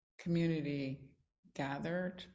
community-gathered